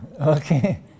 Okay